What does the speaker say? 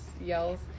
yells